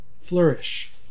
flourish